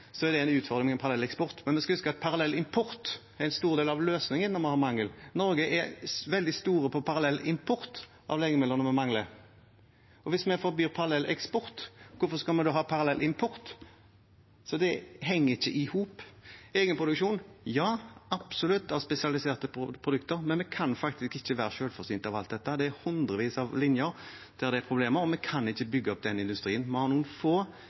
er det en utfordring med parallelleksport. Men vi skal huske at parallellimport er en stor del av løsningen når vi har mangel. Norge er veldig store på parallellimport av legemidlene vi mangler, og hvis vi forbyr parallelleksport, hvorfor skal vi da ha parallellimport? Det henger ikke i hop. Egenproduksjon? Ja, absolutt – av spesialiserte produkter, men vi kan faktisk ikke være selvforsynt av alt dette. Det er hundrevis av linjer der det er problemer, og vi kan ikke bygge opp den industrien. Vi har noen få,